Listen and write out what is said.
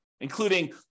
including